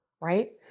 right